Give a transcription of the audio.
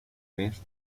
mes